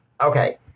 okay